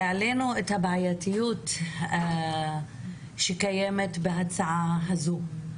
והעלינו את הבעייתיות שקיימת בהצעה הזאת.